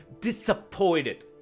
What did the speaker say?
disappointed